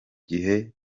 gihe